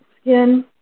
skin